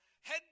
head